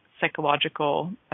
psychological